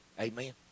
Amen